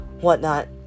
whatnot